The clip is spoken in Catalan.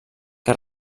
que